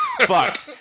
Fuck